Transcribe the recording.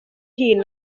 hŷn